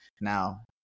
now